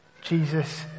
Jesus